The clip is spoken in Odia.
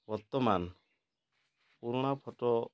ବର୍ତ୍ତମାନ ପୁରୁଣା ଫୋଟୋ